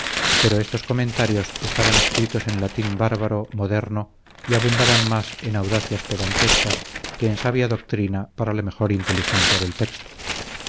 pero estos comentarios estaban escritos en latín bárbaro moderno y abundaban más en audacias pedantescas que en sabia doctrina para la mejor inteligencia del texto